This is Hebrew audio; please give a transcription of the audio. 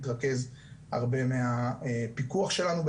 נמצאים ברמת אי עמידה.